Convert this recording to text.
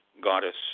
goddess